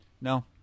No